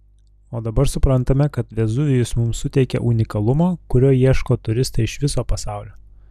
o dabar suprantame kad vezuvijus mums suteikia unikalumo kurio ieško turistai iš viso pasaulio